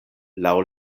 laŭ